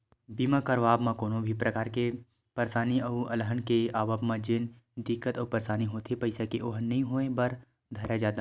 बीमा करवाब म कोनो भी परकार के परसानी अउ अलहन के आवब म जेन दिक्कत अउ परसानी होथे पइसा के ओहा नइ होय बर धरय जादा